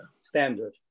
standard